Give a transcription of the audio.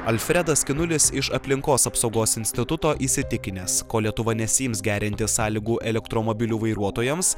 alfredas skinulis iš aplinkos apsaugos instituto įsitikinęs kol lietuva nesiims gerinti sąlygų elektromobilių vairuotojams